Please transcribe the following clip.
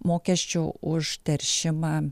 mokesčio už teršimą